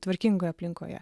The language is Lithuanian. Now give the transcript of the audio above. tvarkingoje aplinkoje